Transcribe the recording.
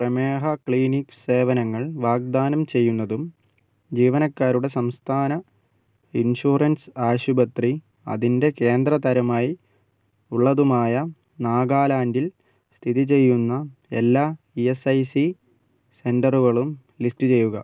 പ്രമേഹ ക്ലിനിക്ക് സേവനങ്ങൾ വാഗ്ദാനം ചെയ്യുന്നതും ജീവനക്കാരുടെ സംസ്ഥാന ഇൻഷുറൻസ് ആശുപത്രി അതിൻ്റെ കേന്ദ്ര തരമായി ഉള്ളതുമായ നാഗാലാൻഡിൽ സ്ഥിതി ചെയ്യുന്ന എല്ലാ ഇ എസ് ഐ സി സെൻ്ററുകളും ലിസ്റ്റ് ചെയ്യുക